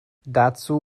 dazu